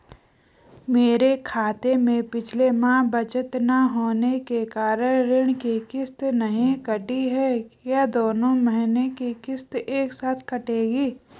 मेरे खाते में पिछले माह बचत न होने के कारण ऋण की किश्त नहीं कटी है क्या दोनों महीने की किश्त एक साथ कटेगी?